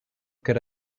could